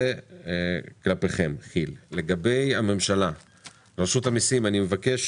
רשות המסים, אני מבקש